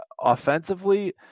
offensively